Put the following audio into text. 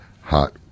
Hot